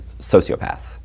sociopaths